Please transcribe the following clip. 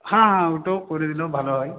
হ্যাঁ হ্যাঁ ওটাও করে দিলেও ভালো হয়